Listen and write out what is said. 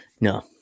No